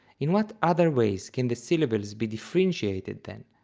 in what other ways can the syllables be differentiated then?